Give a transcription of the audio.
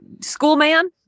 schoolman